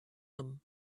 them